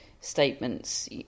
statements